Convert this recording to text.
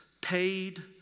paid